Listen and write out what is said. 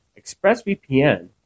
ExpressVPN